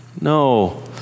No